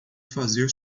fazer